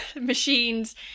machines